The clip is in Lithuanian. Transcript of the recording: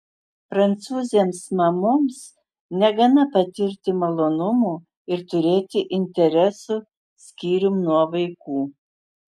prancūzėms mamoms negana patirti malonumų ir turėti interesų skyrium nuo vaikų